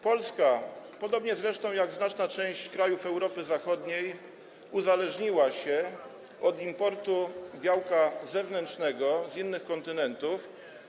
Polska, podobnie zresztą jak znaczna część krajów Europy Zachodniej, uzależniła się od importu białka z zewnątrz, z innych kontynentów.